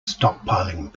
stockpiling